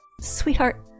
sweetheart